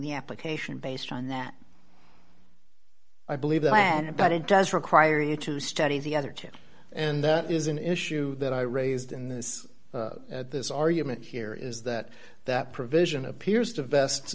the application based on that i believe that but it does require you to study the other two and that is an issue that i raised in this at this argument here is that that provision appears to vest